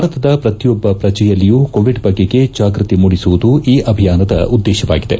ಭಾರತದ ಪ್ರತಿಯೊಬ್ಲ ಪ್ರಜೆಯಲ್ಲಿಯೂ ಕೋವಿಡ್ ಬಗೆಗೆ ಜಾಗ್ಸತಿ ಮೂಡಿಸುವುದು ಈ ಅಭಿಯಾನದ ಉದ್ದೇಶವಾಗಿದೆ